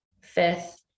fifth